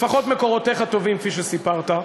לפחות מקורותיך טובים, כפי שסיפרת.